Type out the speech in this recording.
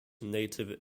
native